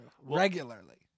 regularly